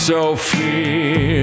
Sophie